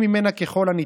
או לאישה בכלל?